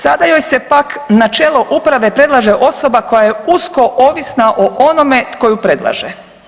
Sada joj se pak na čelo uprave predlaže osoba koja je usko ovisna o onome tko ju predlaže.